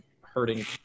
hurting